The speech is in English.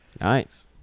Nice